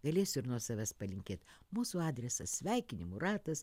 galėsiu ir nuo savęs palinkėt mūsų adresas sveikinimų ratas